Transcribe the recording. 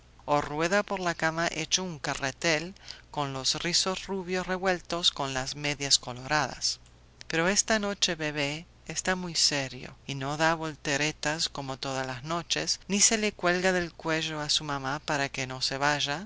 o rueda por la cama hecho un carretel con los rizos rubios revueltos con las medias coloradas pero esta noche bebé está muy serio y no da volteretas como todas las noches ni se le cuelga del cuello a su mamá para que no se vaya